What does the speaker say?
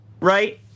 right